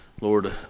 Lord